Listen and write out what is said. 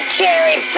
Cherry